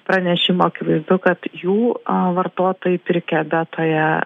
pranešimo akivaizdu kad jų a vartotojai pirkę betoje